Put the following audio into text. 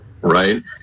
right